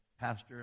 Pastor